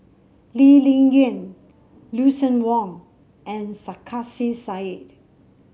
Lee Ling Yen Lucien Wang and Sarkasi Said